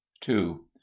two